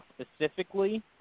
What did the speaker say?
specifically